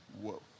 Whoa